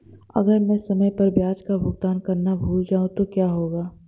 अगर मैं समय पर ब्याज का भुगतान करना भूल जाऊं तो क्या होगा?